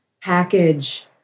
package